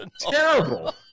Terrible